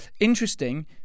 interesting